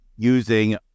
using